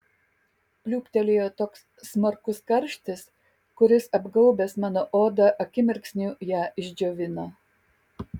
pliūptelėjo toks smarkus karštis kuris apgaubęs mano odą akimirksniu ją išdžiovino